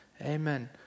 Amen